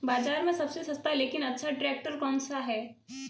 बाज़ार में सबसे सस्ता लेकिन अच्छा ट्रैक्टर कौनसा है?